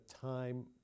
time